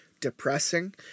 depressing